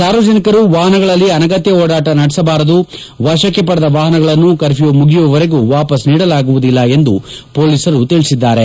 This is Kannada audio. ಸಾರ್ವಜನಿಕರು ವಾಹನಗಳಲ್ಲಿ ಅನಗತ್ಯ ಓಡಾಟ ನಡೆಸಬಾರದು ವಶಕ್ಕೆ ಪಡೆದ ವಾಹನಗಳನ್ನು ಕರ್ಪ್ಗೊ ಮುಗಿಯುವವರೆಗೂ ವಾಪಸ್ ನೀಡಲಾಗುವುದಿಲ್ಲ ಎಂದು ಪೊಲೀಸರು ತಿಳಿಸಿದ್ದಾರೆ